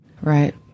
Right